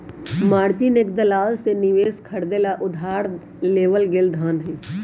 margin एक दलाल से निवेश खरीदे ला उधार लेवल गैल धन हई